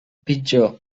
pitjor